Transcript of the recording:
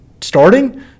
starting